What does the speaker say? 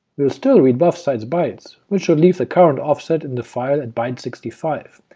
we'll still read buffsize bytes, which should leave the current offset in the file at byte sixty five,